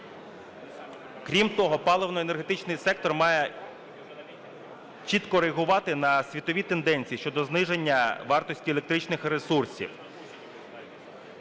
Крім того, паливно-енергетичний сектор має чітко реагувати на світові тенденції щодо зниження вартості електричних ресурсів.